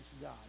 God